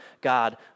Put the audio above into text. God